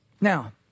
Now